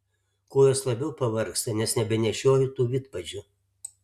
kojos labiau pavargsta nes nebenešioju tų vidpadžių